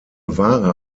wahre